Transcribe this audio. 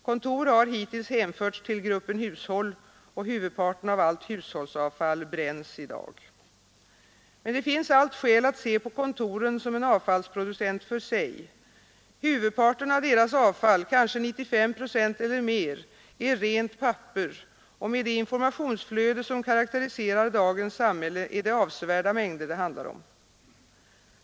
Kontor har hittills hänförts till gruppen hushåll, och huvudparten av allt hushållsavfall bränns i dag. Men det finns allt skäl att se på kontoren som en avfallsproducent för sig. Huvudparten av deras avfall — kanske 95 procent eller mer — är rent papper, och med det informationsflöde som karakteriserat dagens samhälle är det avsevärda mängder det handlar om.